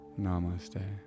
Namaste